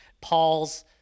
Paul's